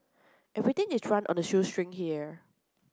everything is run on the shoestring here